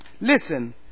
Listen